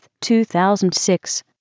2006